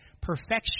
perfection